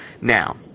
Now